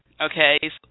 okay